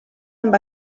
amb